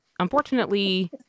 unfortunately